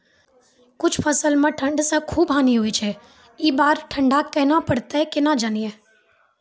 कुछ फसल मे ठंड से खूब हानि होय छैय ई बार ठंडा कहना परतै केना जानये?